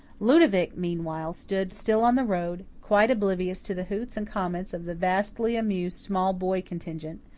ludovic, meanwhile, stood still on the road, quite oblivious to the hoots and comments of the vastly amused small boy contingent,